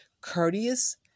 courteous